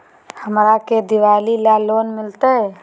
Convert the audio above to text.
हमरा के दिवाली ला लोन मिलते?